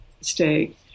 stay